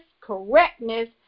correctness